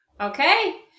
Okay